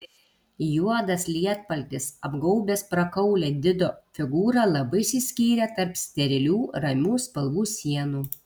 juodas lietpaltis apgaubęs prakaulią dido figūrą labai išsiskyrė tarp sterilių ramių spalvų sienų